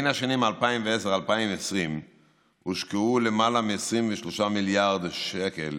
בשנים 2010 2020 הושקעו יותר מ-23 מיליארד שקל